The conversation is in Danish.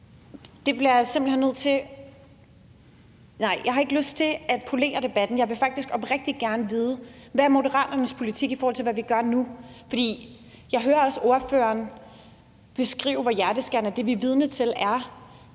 Jeg har ikke lyst til at polemisere debatten, så jeg vil faktisk oprigtigt gerne vide, hvad Moderaternes politik i forhold til, hvad vi gør nu, er. For jeg hører også ordføreren beskrive, hvor hjerteskærende det, vi er vidne til, er.